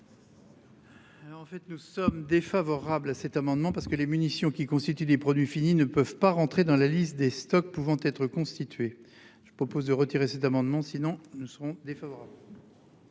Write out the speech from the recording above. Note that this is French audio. en fait nous sommes défavorables à cet amendement parce que les munitions qui constituent les produits finis ne peuvent pas rentrer dans la liste des stocks pouvant être constitué. Je propose de retirer cet amendement sinon nous serons des favoris.